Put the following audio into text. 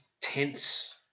tense